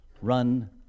run